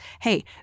hey